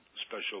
special